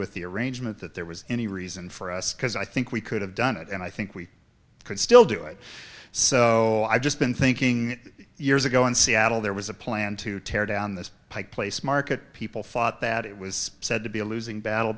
with the arrangement that there was any reason for us because i think we could have done it and i think we could still do it so i've just been thinking years ago in seattle there was a plan to tear down the pike place market people thought that it was said to be a losing battle